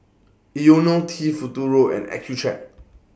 Ionil T Futuro and Accucheck